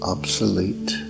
Obsolete